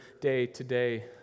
day-to-day